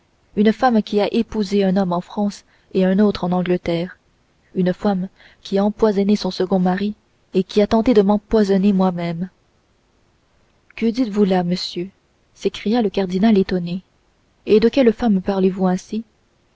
une femme qui a épousé un homme en france et un autre en angleterre une femme qui a empoisonné son second mari et qui a tenté de m'empoisonner moi-même que dites-vous donc là monsieur s'écria le cardinal étonné et de quelle femme parlez-vous ainsi